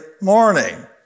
morning